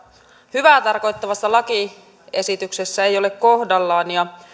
hyvää tarkoittavassa lakiesityksessä ei ole kohdallaan ja